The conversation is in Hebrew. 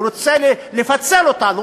הוא רוצה לפצל אותן,